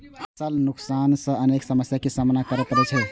फसल नुकसान सं अनेक समस्या के सामना करै पड़ै छै